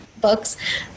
books